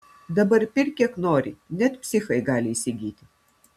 dabar pirk kiek nori net psichai gali įsigyti